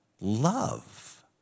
love